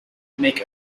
make